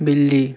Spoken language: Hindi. बिल्ली